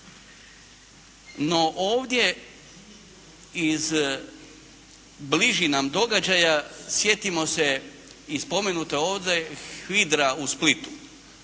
No, ovdje iz bližih nam događaja sjetimo se i spomenute ovdje HVIDRA u Splitu,